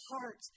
heart